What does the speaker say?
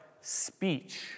Speech